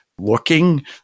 looking